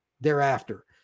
thereafter